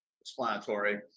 explanatory